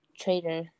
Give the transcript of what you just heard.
Trader